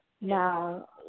Now